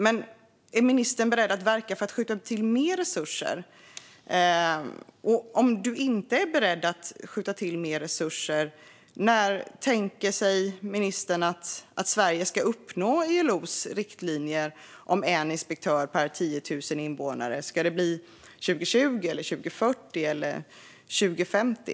Men är ministern beredd att verka för att skjuta till mer resurser? Om hon inte är beredd att skjuta till mer resurser, när tänker sig ministern att Sverige ska uppnå ILO:s riktlinjer om en inspektör per 10 000 arbetstagare - 2030, 2040 eller 2050?